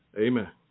Amen